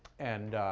and